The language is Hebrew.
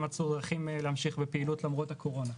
היו צריכים להמשיך בפעילות למרות הקורונה.